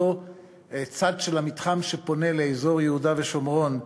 אותו צד של המתחם שפונה לאזור יהודה ושומרון,